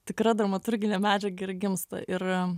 tikra dramaturginė medžiaga ir gimsta ir